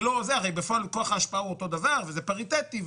הרי בפועל כוח ההשפעה הוא אותו דבר וזה פריטטי,